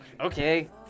okay